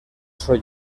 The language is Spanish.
soy